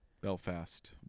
Belfast